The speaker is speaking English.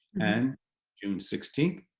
and june sixteenth,